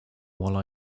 while